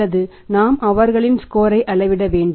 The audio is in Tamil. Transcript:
அல்லது நாம் அவர்களின் ஸ்கோரை அளவிட வேண்டும்